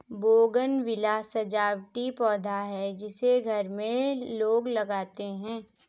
bougainvillea सजावटी पौधा है जिसे घर में लोग लगाते हैं